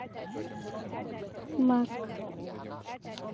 ᱢᱟᱜᱽ